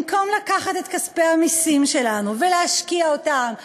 במקום לקחת את כספי המסים שלנו ולהשקיע אותם בחינוך,